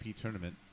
tournament